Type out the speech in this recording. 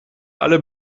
alle